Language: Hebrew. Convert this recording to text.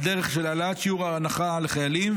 על דרך של העלאת שיעור ההנחה לחיילים,